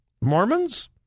Mormons